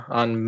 on